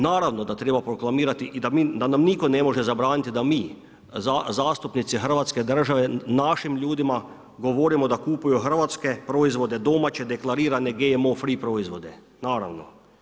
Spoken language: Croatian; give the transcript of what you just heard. Naravno da treba proklamirati i da nam nitko ne može zabraniti da mi zastupnici Hrvatske države našim ljudima govorimo da kupuju hrvatske proizvode, domaće deklarirane GMO free proizvode, naravno.